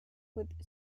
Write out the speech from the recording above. with